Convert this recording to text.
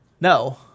No